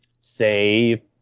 say